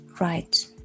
right